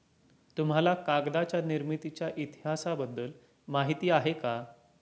तुम्हाला कागदाच्या निर्मितीच्या इतिहासाबद्दल माहिती आहे का?